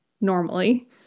normally